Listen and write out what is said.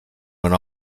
went